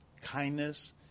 kindness